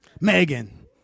Megan